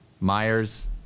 Myers